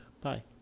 Bye